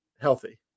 healthy